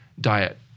diet